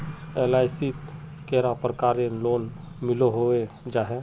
LIC शित कैडा प्रकारेर लोन मिलोहो जाहा?